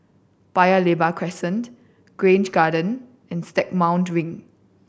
Paya Lebar Crescent Grange Garden and Stagmont Ring